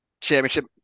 championship